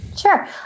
Sure